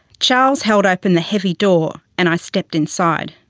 charles held open the heavy door and i stepped inside,